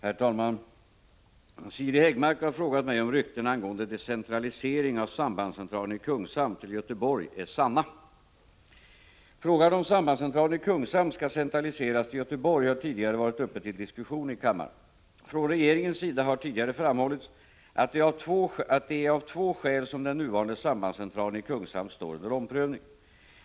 Herr talman! Siri Häggmark har frågat mig om rykten angående centralisering av sambandscentralen i Kungshamn till Göteborg är sanna. Frågan om sambandscentralen i Kungshamn skall centraliseras till Göteborg har tidigare varit uppe till diskussion i kammaren. Från regeringens sida har tidigare framhållits att det är av två skäl som den nuvarande sambandscentralen i Kungshamn står under omprövning.